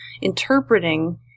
interpreting